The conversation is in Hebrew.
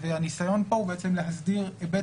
והניסיון כאן הוא בעצם להסדיר היבט